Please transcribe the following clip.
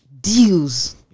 deals